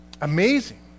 amazing